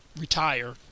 retire